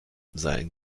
sein